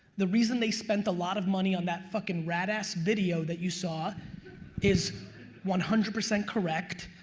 the reason they spent a lot of money on that fuckin' rad ass video that you saw is one hundred percent correct.